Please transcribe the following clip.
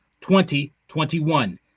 2021